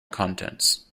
contents